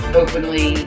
openly